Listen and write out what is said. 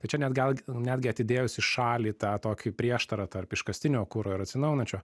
tai čia net gal netgi atidėjus į šalį tą tokį prieštarą tarp iškastinio kuro ir atsinaujinančio